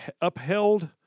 upheld